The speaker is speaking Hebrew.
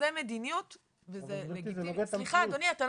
זה מדיניות וזה לגיטימי, ואת זה אני